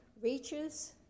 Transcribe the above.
reaches